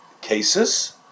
cases